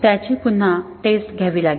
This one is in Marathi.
त्याची पुन्हा टेस्ट घ्यावी लागेल